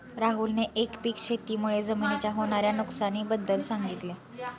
राहुलने एकपीक शेती मुळे जमिनीच्या होणार्या नुकसानी बद्दल सांगितले